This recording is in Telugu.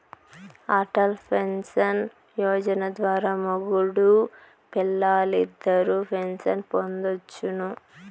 అటల్ పెన్సన్ యోజన ద్వారా మొగుడూ పెల్లాలిద్దరూ పెన్సన్ పొందొచ్చును